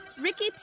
Ricky